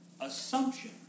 assumption